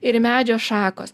ir medžio šakos